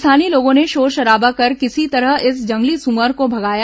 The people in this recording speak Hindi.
स्थानीय लोगों ने शोर शराबा कर किसी तरह इस जंगली सुअर को भगाया